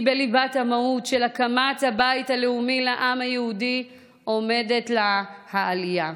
כי בליבת המהות של הקמת הבית הלאומי לעם היהודי עומדת לה העלייה.